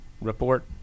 report